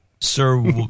Sir